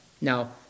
Now